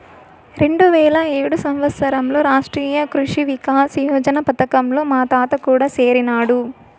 రెండువేల ఏడు సంవత్సరంలో రాష్ట్రీయ కృషి వికాస్ యోజన పథకంలో మా తాత కూడా సేరినాడు